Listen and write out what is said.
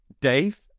Dave